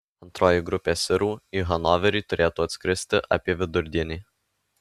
antroji grupė sirų į hanoverį turėtų atskristi apie vidurdienį